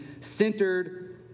centered